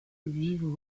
vivent